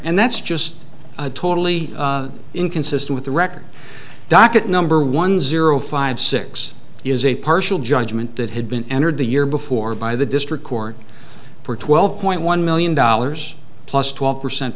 and that's just totally inconsistent with the record docket number one zero five six is a partial judgment that had been entered the year before by the district court for twelve point one million dollars plus twelve percent